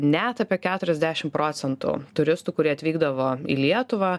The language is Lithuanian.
net apie keturiasdešim procnetų turistų kurie atvykdavo į lietuvą